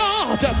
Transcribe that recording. God